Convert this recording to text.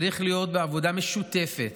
צריך להיות בעבודה משותפת